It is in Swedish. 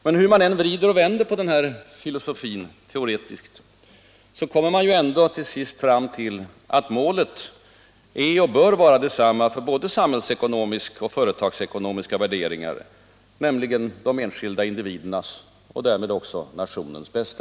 Men hur man än vrider och vänder teoretiskt på den här filosofin, så kommer man ju ändå till sist fram till att målet är och bör vara detsamma för både samhällsekonomiska och företagsekonomiska värderingar, nämligen de enskilda individernas och därmed också nationens bästa.